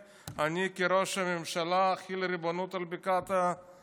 אני, כראש הממשלה, אחיל ריבונות על בקעת הירדן.